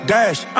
Dash